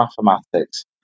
mathematics